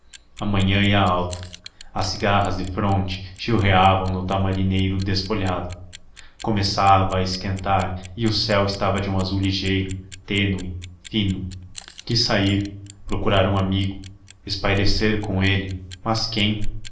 a manhã ia alta as cigarras defronte chilreavam no tamarineiro desfolhado começava a esquentar e o céu estava de um azul ligeiro tênue fino quis sair procurar um amigo espairecer com ele mas quem